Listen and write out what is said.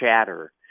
chatter